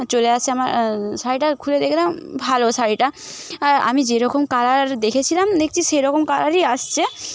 চলে আসে আমার শাড়িটা খুলে দেখলাম ভালো শাড়িটা আর আমি যেরকম কালার দেখেছিলাম দেখছি সেরকম কালারই আসছে